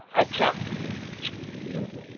अच्छा हूं